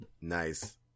Nice